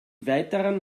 weiteren